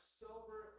sober